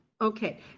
Okay